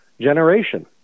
Generation